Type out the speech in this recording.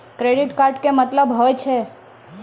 Credit card के मतलब होय छै?